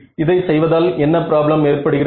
இதை செய்வதால் என்ன ப்ராப்ளம் ஏற்படுகிறது